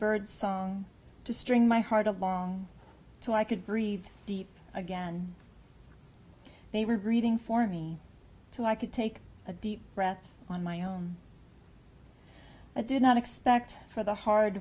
bird song to string my heart along so i could breathe deep again they were breathing for me so i could take a deep breath on my own i did not expect for the hard